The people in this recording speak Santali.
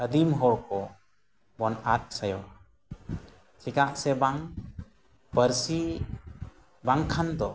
ᱟᱹᱫᱤᱢ ᱦᱚᱲ ᱠᱚᱵᱚᱱ ᱟᱫ ᱪᱟᱵᱟᱜᱼᱟ ᱪᱮᱫᱟᱜ ᱥᱮ ᱵᱟᱝ ᱯᱟᱹᱨᱥᱤ ᱵᱟᱝᱠᱷᱟᱱ ᱫᱚ